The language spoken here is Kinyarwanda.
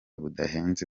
budahenze